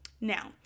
Now